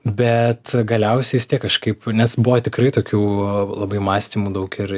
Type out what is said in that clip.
bet galiausiai vis tiek kažkaip nes buvo tikrai tokių labai mąstymų daug ir